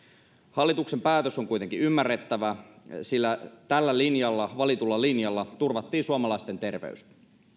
hallituksen päätös on kuitenkin ymmärrettävä sillä tällä valitulla linjalla turvattiin suomalaisten terveys